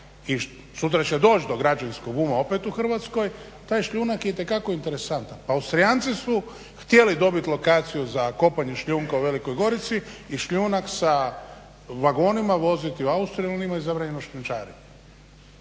i sutra će doć do građevinskog uma opet u Hrvatskoj, taj šljunak je itekako interesantan. Austrijanci su htjeli dobit lokaciju za kopanje šljunka u Velikoj Gorici i šljunak sa vagonima voziti u Austriju, oni imaju zabranjeno